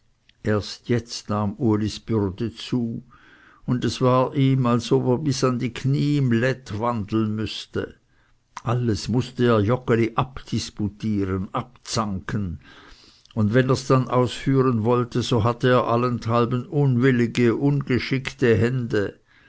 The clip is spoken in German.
erst jetzt nahm ulis bürde zu und es war ihm als ob er bis an die knie im lett wandeln müsse alles mußte er joggeli abdiputieren abzanken und wenn ers dann ausführen wollte so hatte er allenthalben unwillige ungeschickte hände